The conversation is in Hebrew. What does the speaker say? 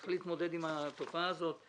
צריך להתמודד עם התופעה הזאת.